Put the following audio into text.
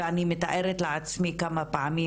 ואני מתארת לעצמי כמה פעמים,